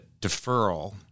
deferral